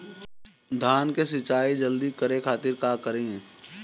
धान के सिंचाई जल्दी करे खातिर का करी?